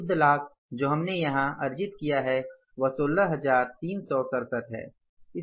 शुद्ध लाभ जो हमने यहां अर्जित किया है वह 16367 है